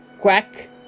quack